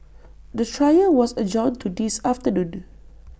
the trial was adjourned to this afternoon